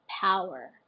power